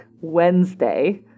Wednesday